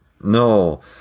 No